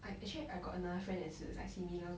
I actually I got another friend 也是 like similar